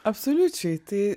absoliučiai tai